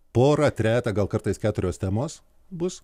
porą trejetą gal kartais keturios temos bus